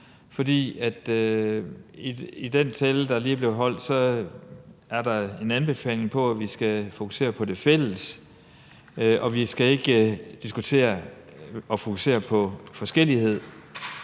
for i den tale, der lige er blevet holdt, er der en anbefaling af, at vi skal fokusere på det fælles, og at vi ikke skal diskutere og fokusere på forskellighed.